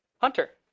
Hunter